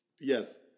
Yes